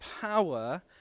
power